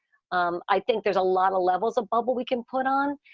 um i think there's a lot of levels of bubble we can put on.